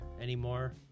anymore